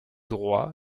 droit